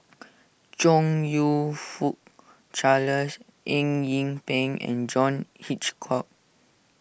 Chong You Fook Charles Eng Yee Peng and John Hitchcock